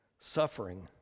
suffering